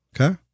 Okay